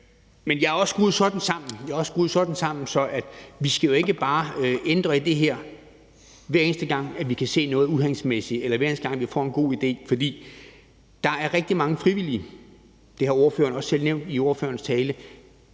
Men jeg er også skruet sådan sammen, at jeg synes, at vi jo ikke bare skal ændre i det her, hver eneste gang vi kan se noget uhensigtsmæssigt, eller hver eneste gang vi får en god idé. For der er rigtig mange frivillige – det har ordføreren også selv nævnt i sin tale